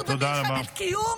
אנחנו במלחמת קיום,